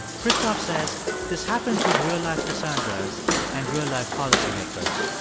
christoph says this happens with real-life cassandras and real-life policymakers.